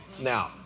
Now